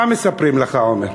מה מספרים לך, עמר?